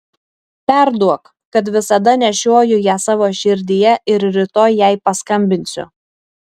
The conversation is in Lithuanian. perduok kad visada nešioju ją savo širdyje ir rytoj jai paskambinsiu